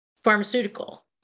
pharmaceutical